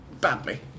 badly